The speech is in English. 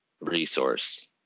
resource